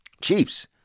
Chiefs